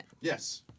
Yes